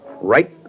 Right